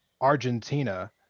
Argentina